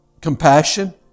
compassion